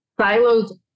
silos